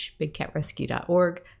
bigcatrescue.org